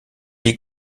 les